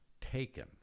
taken